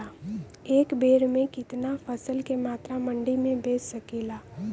एक बेर में कितना फसल के मात्रा मंडी में बेच सकीला?